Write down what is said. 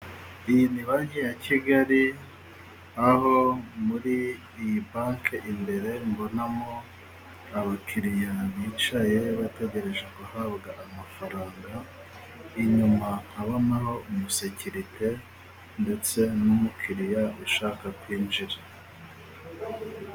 Iyi ni Banke ya Kigali, aho muri iyi banke imbere mbonamo abakiriya bicaye bategereje guhabwa amafaranga, inyuma nkabonaho umusekirite ndetse n'umukiriya ushaka kwinjira.